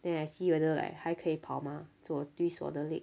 then I see whether like 还可以跑吗我 twist 我的 leg